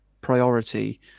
priority